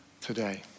today